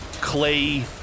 clay